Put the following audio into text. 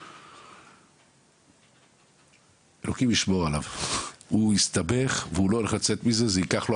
אני אומר לך אלוקים ישמור עליו,